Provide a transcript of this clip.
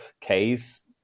case